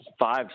five